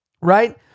right